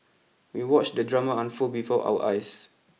we watched the drama unfold before our eyes